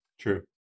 True